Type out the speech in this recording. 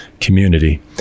community